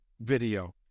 video